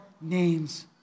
name's